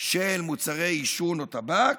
של מוצרי עישון או טבק